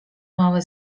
małe